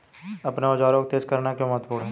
अपने औजारों को तेज करना क्यों महत्वपूर्ण है?